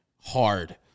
hard